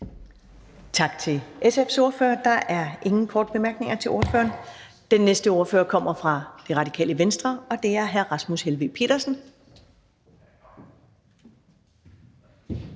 Tak til SF's ordfører. Der er ingen korte bemærkninger til ordføreren. Og den næste ordfører kommer fra Enhedslisten, og det er hr. Rasmus Vestergaard